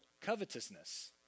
covetousness